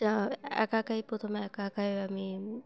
যা একা একাই প্রথমে একা একাই আমি